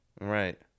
Right